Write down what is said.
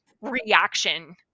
reaction